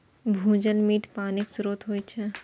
भूजल मीठ पानिक स्रोत होइ छै